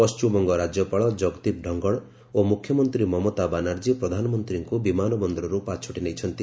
ପଶ୍ଚିମବଙ୍ଗ ରାଜ୍ୟପାଳ ଜଗଦୀପ ଢ଼ଙ୍ଗଡ଼ ଓ ମୁଖ୍ୟମନ୍ତ୍ରୀ ମମତା ବାନାର୍ଜୀ ପ୍ରଧାନମନ୍ତ୍ରୀଙ୍କୁ ବିମାନ ବନ୍ଦରର୍ ପାଛୋଟି ନେଇଛନ୍ତି